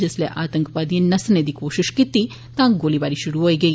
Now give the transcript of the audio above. जिसलै आतंकवादी नस्सने दी कोशिश कती तां गोलीबारी शुरू होई गेई